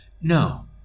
No